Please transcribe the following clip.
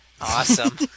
Awesome